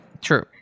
True